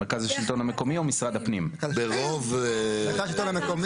על פי הצעת הוועדה --- אני אענה לו.